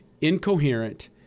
incoherent